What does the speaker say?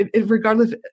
regardless